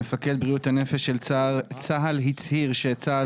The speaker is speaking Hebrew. מפקד בריאות הנפש של צה"ל הצהיר שצה"ל